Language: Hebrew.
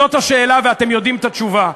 זו השאלה, ואתם יודעים את התשובה.